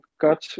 cut